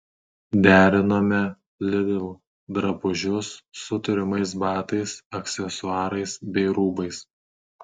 derinome lidl drabužius su turimais batais aksesuarais bei rūbais